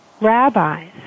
rabbis